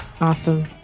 Awesome